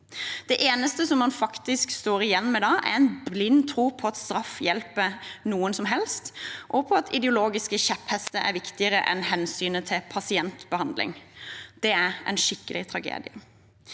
Det eneste man da står igjen med, er en blind tro på at straff hjelper noen, og på at ideologiske kjepphester er viktigere enn hensynet til pasientbehandling. Det er en skikkelig tragedie.